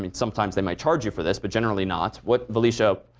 i mean sometimes they might charge you for this but generally not. what, felicia,